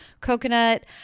coconut